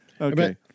Okay